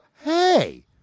Hey